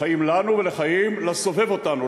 לחיים לנו ולחיים לסובב אותנו,